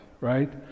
right